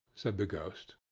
said the ghost.